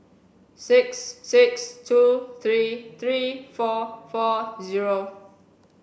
six six two three three four four zero